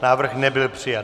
Návrh nebyl přijat.